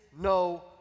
no